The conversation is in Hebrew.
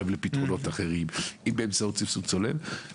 אני חושב שעלינו לפני קריאה ראשונה למצוא פתרון אמיתי